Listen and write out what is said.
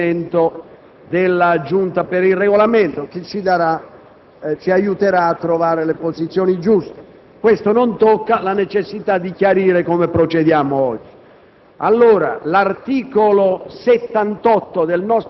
di portare tale materia ad un approfondimento della Giunta per il Regolamento che ci aiuterà a trovare le posizioni giuste. Ciò non toglie la necessità di chiarire come procedere oggi.